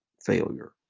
Failure